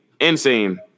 Insane